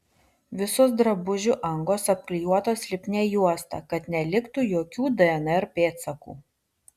visos drabužių angos apklijuotos lipnia juosta kad neliktų jokių dnr pėdsakų